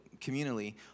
communally